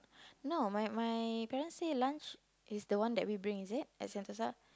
no my my parents say lunch is the one that we bring is it at Sentosa